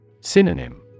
Synonym